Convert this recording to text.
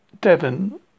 Devon